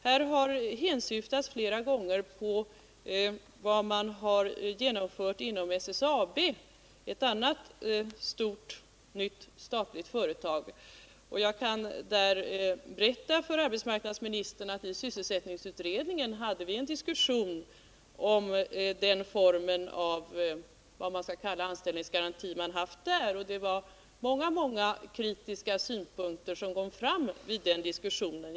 Här har flera gånger hänsyftats på vad man har genomfört inom SSAB, ett annat stort, nytt statligt företag. Jag kan då omtala för arbetsmarknadsministern att vi i sysselsättningsutredningen hade en diskussion om den typ av vad man kan kalla anställningsgaranti som förekom där och att väldigt många kritiska synpunkter kom fram vid den diskussionen.